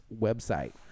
website